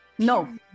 No